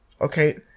okay